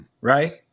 right